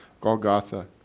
Golgotha